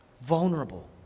vulnerable